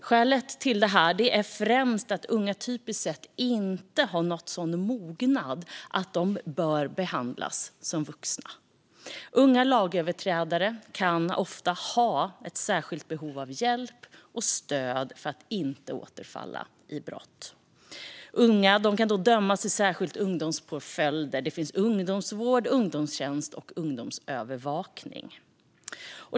Skälet till detta är främst att unga typiskt sett inte har nått sådan mognad att de bör behandlas som vuxna. Unga lagöverträdare kan också ofta ha särskilda behov av hjälp och stöd för att inte återfalla i brott. Unga kan dömas till särskilda ungdomspåföljder såsom ungdomsvård, ungdomstjänst och ungdomsövervakning.